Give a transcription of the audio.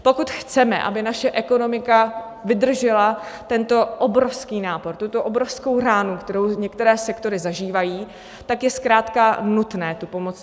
Pokud chceme, aby naše ekonomika vydržela tento obrovský nápor, tuto obrovskou ránu, kterou některé sektory zažívají, je zkrátka nutné tu pomoc mít.